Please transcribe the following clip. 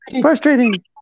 frustrating